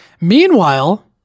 Meanwhile